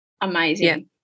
Amazing